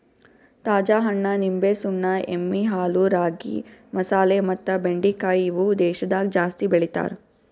ತಾಜಾ ಹಣ್ಣ, ನಿಂಬೆ, ಸುಣ್ಣ, ಎಮ್ಮಿ ಹಾಲು, ರಾಗಿ, ಮಸಾಲೆ ಮತ್ತ ಬೆಂಡಿಕಾಯಿ ಇವು ದೇಶದಾಗ ಜಾಸ್ತಿ ಬೆಳಿತಾರ್